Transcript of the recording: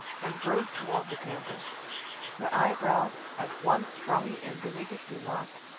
and broad toward the temples her eyebrows, at once strongly and delicately marked,